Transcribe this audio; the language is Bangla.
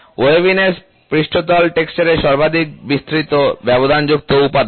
ওয়েভিনেস পৃষ্ঠতল টেক্সচার এর সর্বাধিক বিস্তৃত ব্যবধানযুক্ত উপাদান